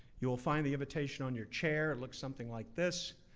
you will find the invitation on your chair, it looks something like this.